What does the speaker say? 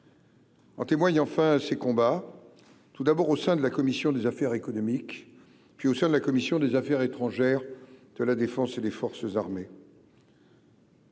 En témoignent enfin ses combats, tout d'abord au sein de la commission des affaires économiques, puis au sein de la commission des affaires étrangères, de la défense et des forces armées.